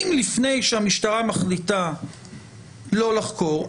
לפני שהמשטרה מחליטה לא לחקור,